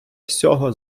всього